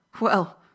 Well